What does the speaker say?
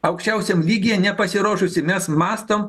aukščiausiam lygyje nepasiruošusi mes mąstom